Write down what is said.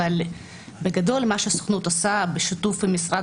אבל בגדול מה שהסוכנות עושה בשיתוף עם משרד